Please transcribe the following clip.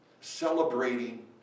celebrating